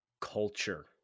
Culture